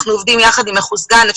אנחנו עובדים יחד עם האוכלוסייה,